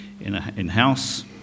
in-house